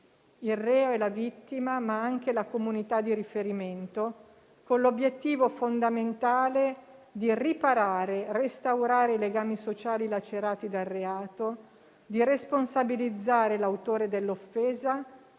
il reo e la vittima, ma anche la comunità di riferimento, con l'obiettivo fondamentale di riparare e restaurare i legami sociali lacerati dal reato, di responsabilizzare l'autore dell'offesa,